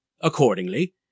Accordingly